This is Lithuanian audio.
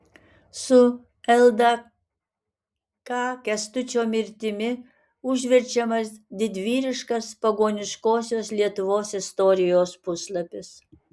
su ldk kęstučio mirtimi užverčiamas didvyriškas pagoniškosios lietuvos istorijos puslapis